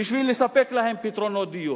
בשביל לספק להם פתרונות דיור.